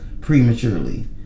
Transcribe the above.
prematurely